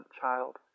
child